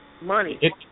Money